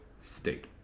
State